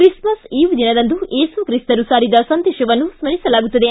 Christmas eve ದಿನದಂದು ಯೇಸುಕ್ರಿಸ್ತರು ಸಾರಿದ ಸಂದೇಶವನ್ನು ಸ್ಥರಿಸಲಾಗುತ್ತದೆ